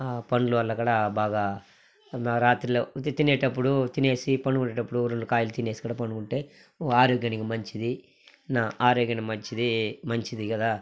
పండ్లు అలా కూడా బాగా రాత్రులు తినేటప్పుడు తినేసి పండుకునేటప్పుడు రెండు కాయలు తినేసి కూడా పండుకుంటే ఆరోగ్యానికి మంచిది నా ఆరోగ్యానికి మంచిది మంచిది కదా